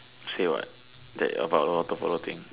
say what that about your portfolio thing